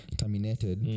terminated